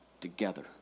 together